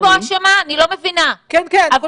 אני לא מבינה, אז עכשיו הוועדה פה אשמה?